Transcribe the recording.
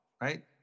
right